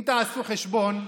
אם תעשו חשבון,